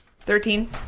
Thirteen